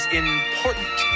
important